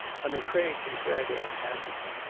i'm afraid he's rather unhappy.